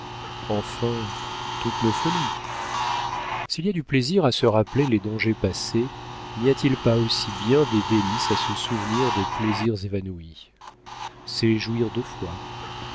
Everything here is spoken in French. enfin toutes nos folies s'il y a du plaisir à se rappeler les dangers passés n'y a-t-il pas aussi bien des délices à se souvenir des plaisirs évanouis c'est jouir deux fois